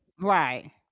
right